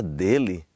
dele